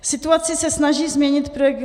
Situaci se snaží změnit projekt